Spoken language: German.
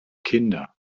kinder